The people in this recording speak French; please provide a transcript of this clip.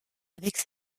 avec